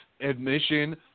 admission